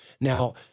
Now